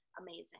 amazing